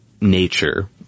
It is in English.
nature